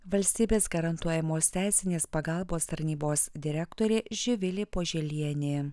valstybės garantuojamos teisinės pagalbos tarnybos direktorė živilė poželienė